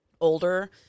older